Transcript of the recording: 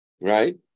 right